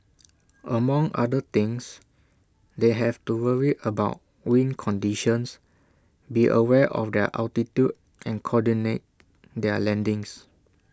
among other things they have to worry about wind conditions be aware of their altitude and coordinate their landings